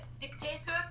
dictator